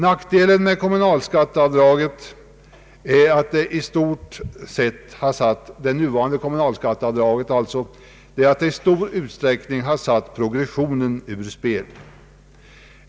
Nackdelen med det nuvarande kommunalskatteavdraget är att det i stor utsträckning har satt progressionen ur spel.